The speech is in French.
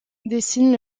dessine